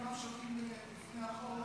שווים בפני החוק,